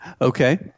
okay